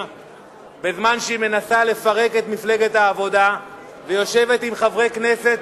בזמן שהיא מנסה לפרק את מפלגת העבודה ויושבת עם חברי כנסת